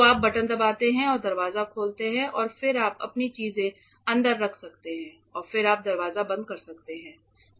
तो आप बटन दबाते हैं और दरवाजा खोलते हैं और फिर आप अपनी चीजें अंदर रख सकते हैं और फिर आप दरवाजा बंद कर सकते हैं